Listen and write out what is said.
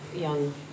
young